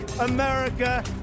America